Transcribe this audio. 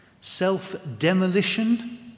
self-demolition